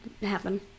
happen